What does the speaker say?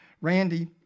Randy –